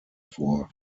vor